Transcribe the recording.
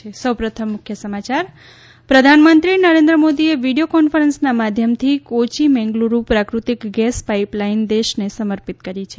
ૈ પ્રધાનમંત્રી નરેન્દ્ર મોદીએ વીડીયો કોન્ફરન્સના માધ્યમથી કોચી મેંગલુરુ પ્રાફૃતિક ગેસ પાઇપ લાઇન દેશને સમર્પિત કરી છે